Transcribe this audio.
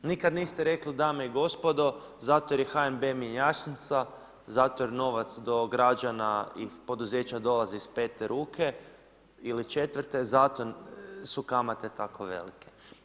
Nikad niste rekli dame i gospodo zato jer je HNB mjenjačnica, zato jer novac do građana i poduzeća dolazi iz pete ruke ili četvrte zato su kamate tako velike.